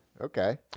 Okay